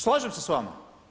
Slažem se s vama.